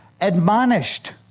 admonished